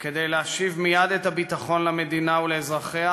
כדי להשיב מייד את הביטחון למדינה ולאזרחיה,